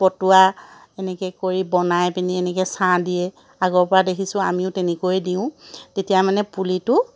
পটুৱা এনেকৈ কৰি বনাই পিনি এনেকৈ কৰি ছাঁ দিয়ে আগৰ পৰাই দেখিছোঁ আমিও তেনেকৈয়ে দিওঁ তেতিয়া মানে পুলিটো